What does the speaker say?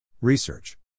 Research